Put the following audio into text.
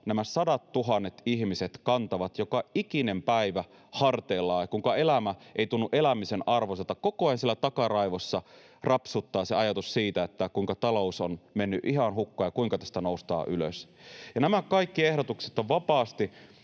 nämä sadattuhannet ihmiset kantavat joka ikinen päivä harteillaan ja kuinka elämä ei tunnu elämisen arvoiselta. Koko ajan siellä takaraivossa rapsuttaa ajatus siitä, kuinka talous on mennyt ihan hukkaan ja kuinka tästä noustaan ylös. Nämä kaikki ehdotukset ovat vapaasti